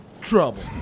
trouble